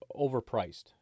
overpriced